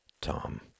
Tom